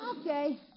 Okay